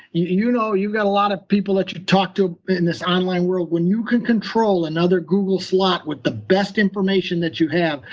you know you've got a lot of people that you talk to in this online world. when you can control another google slot with the best information that you have,